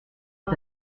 est